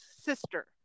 sister